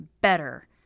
Better